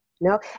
No